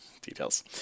details